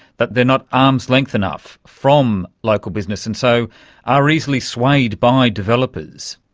that they are not arm's-length enough from local business and so are easily swayed by developers.